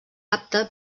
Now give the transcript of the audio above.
apta